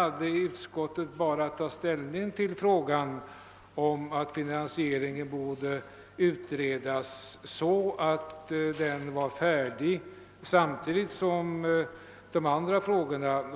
att vi i utskottet bara hade att ta ställning till förslaget att frågan om finansieringen borde utredas så, att den var färdigberedd samtidigt med de andra frågorna.